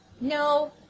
No